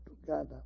together